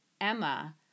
Emma